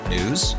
News